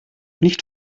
nicht